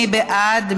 מי בעד?